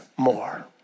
More